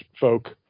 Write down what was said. folk